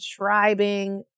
tribing